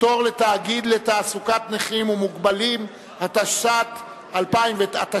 חבל על הזמן, יש שתי הצעות: ועדת כלכלה, ועדת